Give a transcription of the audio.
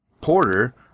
porter